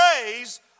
praise